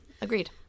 agreed